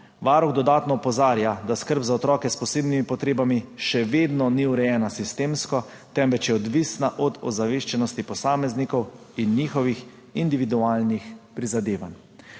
Varuh dodatno opozarja, da skrb za otroke s posebnimi potrebami še vedno ni urejena sistemsko, temveč je odvisna od ozaveščenosti posameznikov in njihovih individualnih prizadevanj.